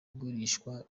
igurishwa